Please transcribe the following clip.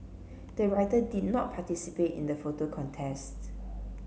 the writer did not participate in the photo contest